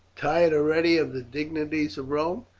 tired already of the dignities of rome?